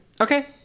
Okay